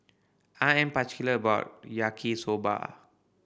I am particular about Yaki Soba